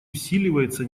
усиливается